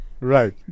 right